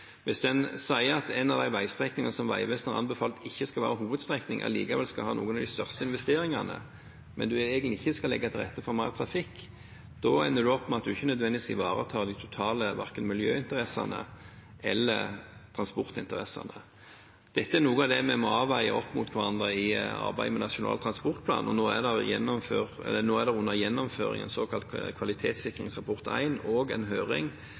Hvis en sier at en av de veistrekningene som Vegvesenet har anbefalt ikke skal være hovedstrekning, allikevel skal ha noen av de største investeringene, men man egentlig ikke skal legge til rette for mer trafikk, da ender man opp med at man ikke nødvendigvis ivaretar verken de totale miljøinteressene eller de totale transportinteressene. Dette er noe av det vi må avveie mot hverandre i arbeidet med Nasjonal transportplan. Nå er det under gjennomføring en såkalt kvalitetssikringsrapport 1, en høring og